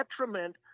detriment